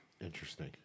Interesting